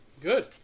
Good